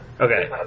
Okay